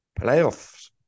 Playoffs